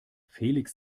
felix